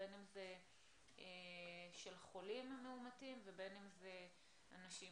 בין אם זה של חולים מאומתים ובין אם זה אנשים